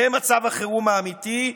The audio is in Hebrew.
זה מצב החירום האמיתי,